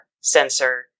sensor